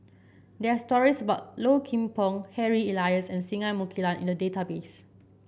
there are stories about Low Kim Pong Harry Elias and Singai Mukilan in the database